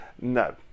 no